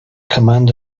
command